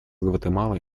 гватемалы